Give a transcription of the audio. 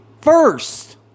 first